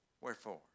Wherefore